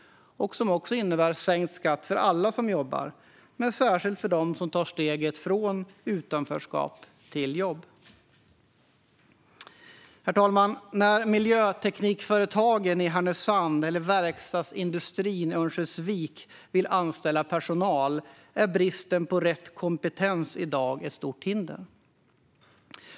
Det innebär sänkt skatt för alla som jobbar, men särskilt för dem som tar steget från utanförskap till jobb. Herr talman! När miljöteknikföretagen i Härnösand eller verkstadsindustrin i Örnsköldsvik vill anställa personal är bristen på rätt kompetens i dag ett stort hinder.